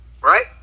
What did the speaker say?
Right